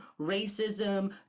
racism